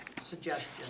suggestion